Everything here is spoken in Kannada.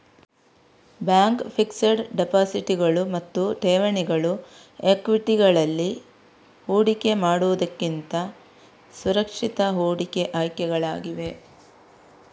ಬ್ಯಾಂಕ್ ಫಿಕ್ಸೆಡ್ ಡೆಪಾಸಿಟುಗಳು ಮತ್ತು ಠೇವಣಿಗಳು ಈಕ್ವಿಟಿಗಳಲ್ಲಿ ಹೂಡಿಕೆ ಮಾಡುವುದಕ್ಕಿಂತ ಸುರಕ್ಷಿತ ಹೂಡಿಕೆ ಆಯ್ಕೆಗಳಾಗಿವೆ